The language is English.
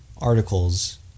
articles